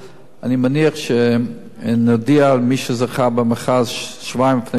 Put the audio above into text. אני מניח שנודיע למי שזכה במכרז שבועיים לפני שנת הלימודים.